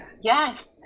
Yes